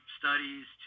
studies